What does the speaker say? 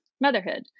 motherhood